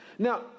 Now